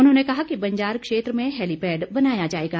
उन्होंने कहा कि बंजार क्षेत्र में हैलीपैड बनाया जाएगा